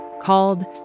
called